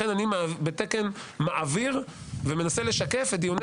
לכן אני בתקן מעביר ומנסה לשקף את דיוני